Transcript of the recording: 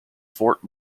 fort